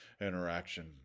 interaction